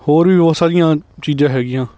ਹੋਰ ਵੀ ਬਹੁਤ ਸਾਰੀਆਂ ਚੀਜ਼ਾਂ ਹੈਗੀਆਂ